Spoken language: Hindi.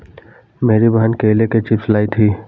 मेरी बहन केले के चिप्स लाई थी